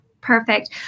Perfect